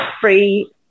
free